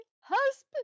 husband